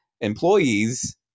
employees